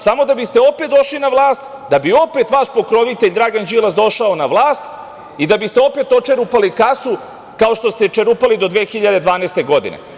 Samo da bi ste opet došli na vlast, da bi opet vaš pokrovitelj Dragan Đilas došao na vlast i da bi ste opet očerupali kasu, kao što ste je čerupali do 2012. godine.